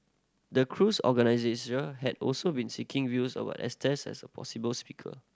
the cruise organisers had also been seeking views about Estes as a possible speaker